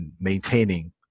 maintaining